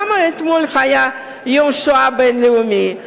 למה אתמול היה יום השואה הבין-לאומי?